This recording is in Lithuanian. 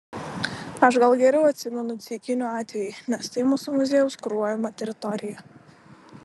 aš gal geriau atsimenu ceikinių atvejį nes tai mūsų muziejaus kuruojama teritorija